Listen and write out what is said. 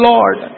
Lord